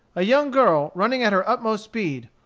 a young girl running at her utmost speed,